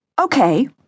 Okay